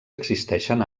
existeixen